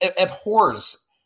abhors